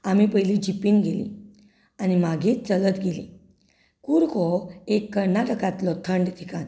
आमीं पयलीं जिपींत गेलीं आनी मागीर चलत गेलीं कूर्ग हें एक कर्नाटकांतलें थंड ठिकाण